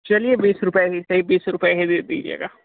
चलिए बीस रुपये ही सही बीस रुपये दे दीजिएगा